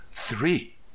three